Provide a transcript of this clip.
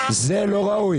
זה לא ראוי.